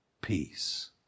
peace